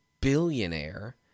billionaire